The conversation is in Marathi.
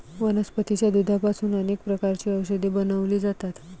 वनस्पतीच्या दुधापासून अनेक प्रकारची औषधे बनवली जातात